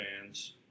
fans